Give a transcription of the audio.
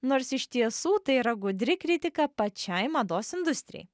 nors iš tiesų tai yra gudri kritika pačiai mados industrijai